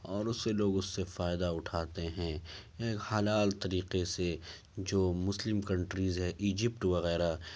اور اس سے لوگ اس سے فائدہ اٹھاتے ہیں حلال طریقے سے جو مسلم کنٹریز ہیں اجپٹ وغیرہ